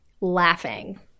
laughing